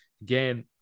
Again